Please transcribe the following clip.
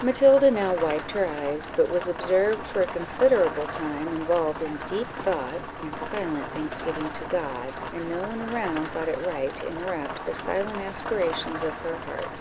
matilda now wiped her eyes, but was observed for a considerable time involved in deep thought, and silent thanksgiving to god, and no one around thought it right to interrupt the silent aspirations of her heart